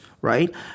right